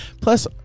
plus